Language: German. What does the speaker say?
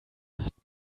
hat